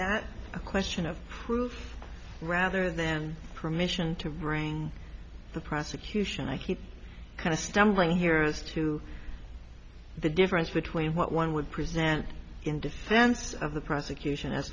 that a question of rather than permission to bring the prosecution i keep kind of stumbling here us too the difference between what one would present in defense of the prosecution as